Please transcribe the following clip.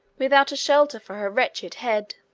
without a shelter for her wretched head.